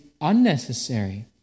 unnecessary